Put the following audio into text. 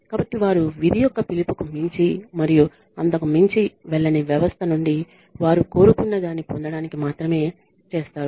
కాబట్టి వారు విధి యొక్క పిలుపుకు మించి మరియు అంతకు మించి వెళ్ళని వ్యవస్థ నుండి వారు కోరుకున్నదాన్ని పొందడానికి మాత్రమే చేస్తారు